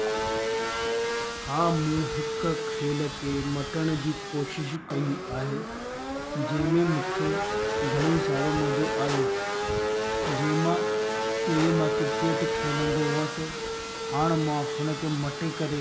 हा मूं हिकु खेल खे मटण जी कोशिश कई आहे जंहिं में मूंखे घणेई सारो मज़ो आयो जंहिं मां पहिरीं मां क्रिकेट खेलंदो हुअसि हाणे मां हुनखे मटे करे